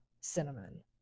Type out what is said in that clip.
cinnamon